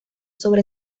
sobre